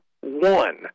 One